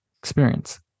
experience